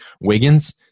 Wiggins